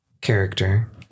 character